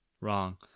Wrong